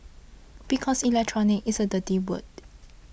because Electronic is a dirty word